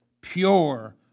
pure